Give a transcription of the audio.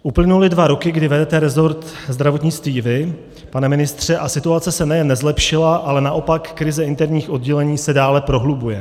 Uplynuly dva roky, kdy vedete resort zdravotnictví vy, pane ministře, a situace se nejen nezlepšila, ale naopak, krize interních oddělení se dále prohlubuje.